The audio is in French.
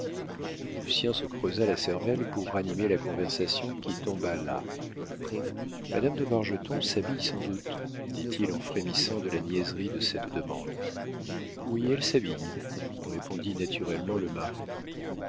hé lucien se creusa la cervelle pour ranimer la conversation qui tomba là madame de bargeton s'habille sans doute dit-il en frémissant de la niaiserie de cette demande oui elle s'habille répondit naturellement le mari